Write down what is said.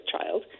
Child